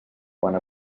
quant